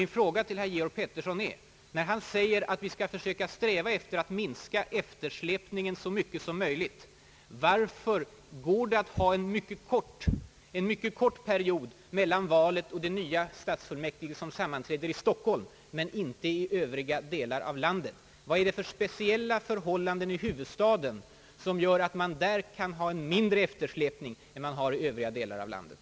När herr Pettersson säger att vi skall försöka sträva efter att minska eftersläpningen så mycket som möjligt är min fråga till honom: Varför går det att ha en mycket kort tidsperiod mellan valet och tillträdet av de nya stadsfullmäktige i Stockholm men inte i öv: riga delar av landet? Vad är det för speciella förhållanden i huvudstaden som gör att man där kan ha en mindre eftersläpning än i övriga delar av landet?